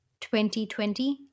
2020